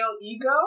ego